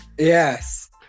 yes